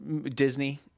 Disney